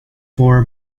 for